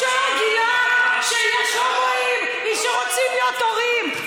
פתאום ראש הממשלה גילה שיש הומואים שרוצים להיות הורים?